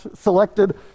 selected